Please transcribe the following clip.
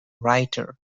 writer